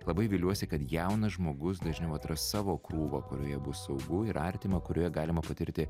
labai viliuosi kad jaunas žmogus dažniau atras savo krūvą kurioje bus saugu ir artima kurioje galima patirti